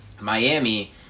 Miami—